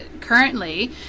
currently